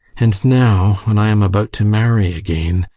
and now, when i am about to marry again,